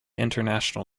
international